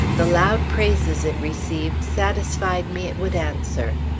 the loud praises it received satisfied me it would answer.